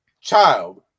child